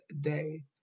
day